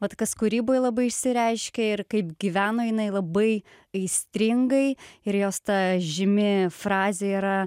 vat kas kūryboj labai išsireiškia ir kaip gyvena jinai labai aistringai ir jos ta žymi frazė yra